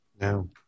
No